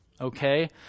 Okay